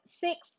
six